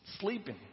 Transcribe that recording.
sleeping